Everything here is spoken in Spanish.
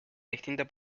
distintas